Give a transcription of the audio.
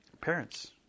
Parents